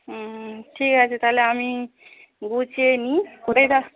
হুম ঠিক আছে তাহলে আমি গুছিয়ে নিই কোথায় তা